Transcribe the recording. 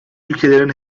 ülkelerin